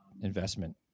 investment